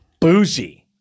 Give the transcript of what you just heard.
bougie